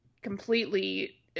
completely